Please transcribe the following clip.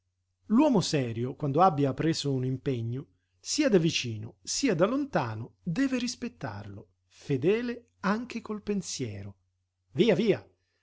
l'uomo serio quando abbia preso un impegno sia da vicino sia da lontano deve rispettarlo fedele anche col pensiero via via